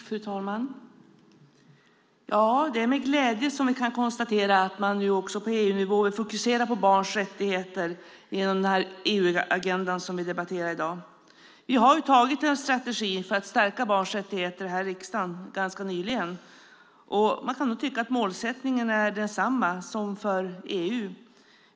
Fru talman! Det är med glädje som vi kan konstatera att man på EU-nivå vill fokusera på barns rättigheter genom denna EU-agenda som vi debatterar i dag. Vi har ganska nyligen här i riksdagen antagit en strategi för att stärka barnets rättigheter. Man kan säga att målsättningen är densamma som för EU.